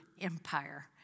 empire